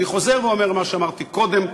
ואני חוזר ואומר מה שאמרתי קודם,